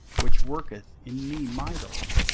which worketh in me mightily.